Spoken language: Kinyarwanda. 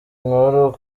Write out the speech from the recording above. inkuru